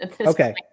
okay